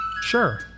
Sure